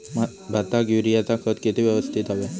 भाताक युरियाचा खत किती यवस्तित हव्या?